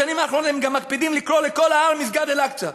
בשנים האחרונות הם גם מקפידים לקרוא לכל ההר "מסגד אל־אקצא",